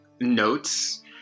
notes